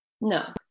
No